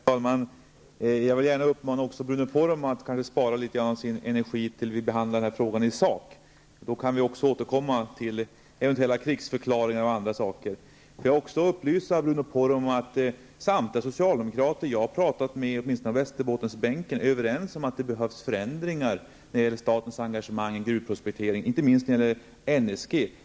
Herr talman! Jag vill gärna uppmana Bruno Poromaa att spara litet av sin energi tills vi skall behandla frågan i sak. Då kan vi också återkomma till eventuella krigsförklaringar och annat. Får jag också upplysa Bruno Poromaa att samtliga socialdemokrater som jag har talat med, åtminstone på Västerbottensbänken, är överens om att det behövs förändringar när det gäller statens engagemang i gruvprospekteringen. Det gäller inte minst NSG.